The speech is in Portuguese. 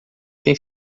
tem